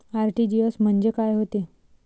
RTGS म्हंजे काय होते?